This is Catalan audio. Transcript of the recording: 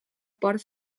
port